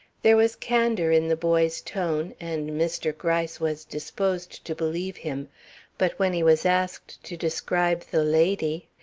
there was candor in the boy's tone, and mr. gryce was disposed to believe him but when he was asked to describe the lady,